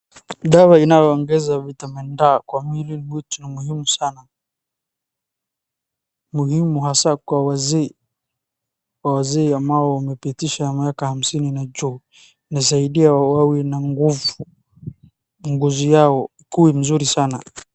Dawa inayoongeza vitamin D kwa mwili wetu ni muhimu sana, muhimu hasa kwa wazee. Kwa wazee ambao wamepitisha miaka hamsini na cho, inasaidia wawe na nguvu, ngozi yao kuwa nzuri sana.